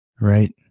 Right